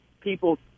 people